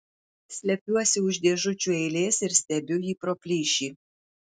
slepiuosi už dėžučių eilės ir stebiu jį pro plyšį